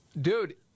Dude